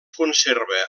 conserva